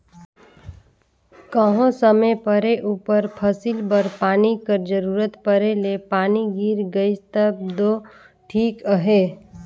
कहों समे परे उपर फसिल बर पानी कर जरूरत परे ले पानी गिर गइस तब दो ठीक अहे